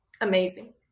amazing